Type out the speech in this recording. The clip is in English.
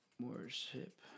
worship